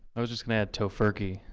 i was just gonna add tofurkey,